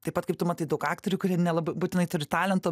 taip pat kaip tu matai daug aktorių kurie nelab būtinai turi talento